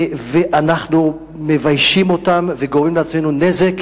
ואנחנו מביישים אותם וגורמים לעצמנו נזק,